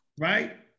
right